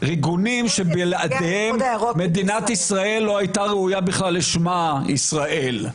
ארגונים שבלעדיהם מדינת ישראל לא היתה ראויה בכלל לשמה ישראל.